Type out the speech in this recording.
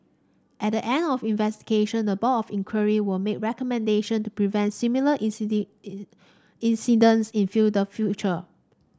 at the end of investigation the Board of Inquiry will make recommendation to prevent similar incidents in the future